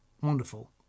wonderful